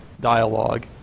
dialogue